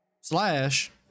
slash